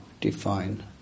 define